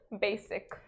Basic